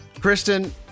Kristen